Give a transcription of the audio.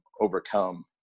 overcome